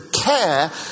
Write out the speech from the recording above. care